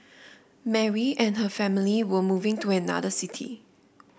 Mary and her family were moving to another city